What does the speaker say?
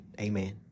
Amen